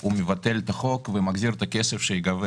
הוא יבטל את החוק ויחזיר את הכסף שייגבה